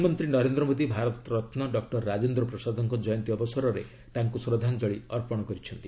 ପ୍ରଧାନମନ୍ତ୍ରୀ ନରେନ୍ଦ୍ର ମୋଦି ଭାରତରତ୍ନ ଡକ୍ଟର ରାଜେନ୍ଦ୍ର ପ୍ରସାଦଙ୍କ ଜୟନ୍ତୀ ଅବସରରେ ତାଙ୍କୁ ଶ୍ରଦ୍ଧାଞ୍ଜଳି ଅର୍ପଣ କରିଛନ୍ତି